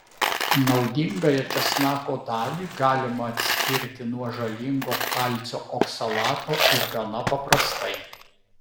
naudingąją česnako dalį galima atskirti nuo žalingo kalcio oksalato ir gana paprastai